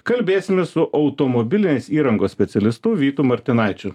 kalbėsime su automobilinės įrangos specialistu vytu martinaičiu